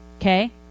okay